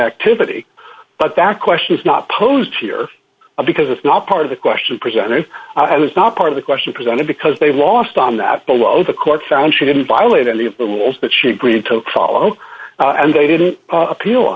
activity but that question is not posed here because it's not part of the question presented i was not part of the question presented because they lost on that below the court found she didn't violate any of the rules that she agreed to follow and they didn't appeal